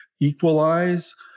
equalize